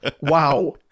Wow